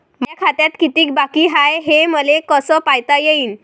माया खात्यात कितीक बाकी हाय, हे मले कस पायता येईन?